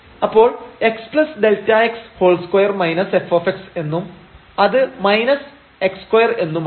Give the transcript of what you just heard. അപ്പോൾ xΔx2 f എന്നും അത് x2 എന്നുമാവും